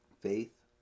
Faith